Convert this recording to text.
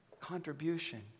contribution